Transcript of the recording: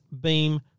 Beam